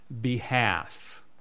behalf